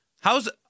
how's